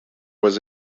was